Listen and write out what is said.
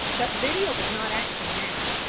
but lydia was not acting now.